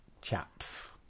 chaps